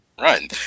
run